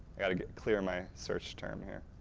i've got to clear my search term here.